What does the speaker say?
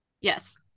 yes